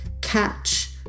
catch